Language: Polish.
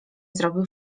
zrobił